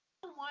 One